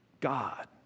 God